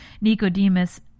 Nicodemus